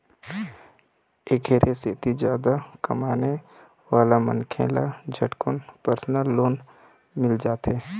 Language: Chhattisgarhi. एखरे सेती जादा कमाने वाला मनखे ल झटकुन परसनल लोन मिल जाथे